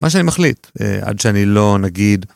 מה שאני מחליט, עד שאני לא נגיד...